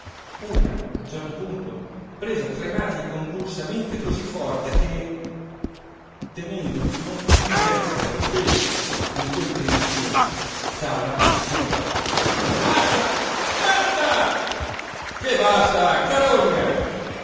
una a un certo punto prese a tremargli convulsamente cosí forte che temendo di non piú reggere al peso con quel tremitio ciàula gridò basta basta che basta carogna